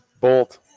Bolt